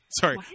Sorry